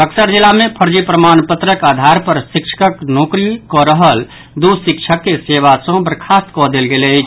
बक्सर जिला मे फर्जी प्रमाण पत्रक आधार पर शिक्षकक नोकरी कऽ रहल दू शिक्षक के सेवा सॅ बर्खास्त कऽ देल गेल अछि